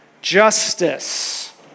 justice